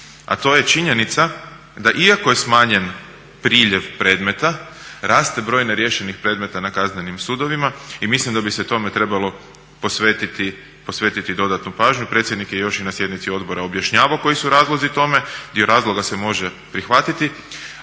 a to je činjenica da iako je smanjen priljev predmeta raste broj neriješenih predmeta na kaznenim sudovima i mislim da bi se tome trebalo posvetiti dodatnu pažnju. Predsjednik je još i na sjednici odbora objašnjavao koji su razlozi tome, dio razloga se može prihvatiti,